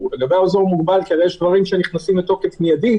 כי הרי יש דברים שנכנסים לתוקף מידית,